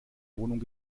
wohnung